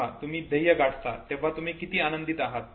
जेव्हा तुम्ही ध्येय गाठता तेव्हा तुम्ही किती आनंदित आहात